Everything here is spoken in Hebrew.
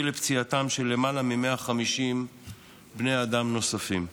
לפציעתם של למעלה מ-150 בני אדם נוספים.